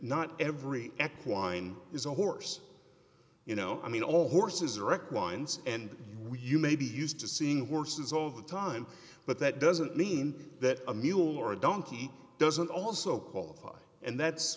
not every x wind is a horse you know i mean all horses erect winds and you may be used to seeing horses all the time but that doesn't mean that a mule or a donkey doesn't also qualify and that's